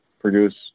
produce